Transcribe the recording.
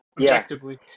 objectively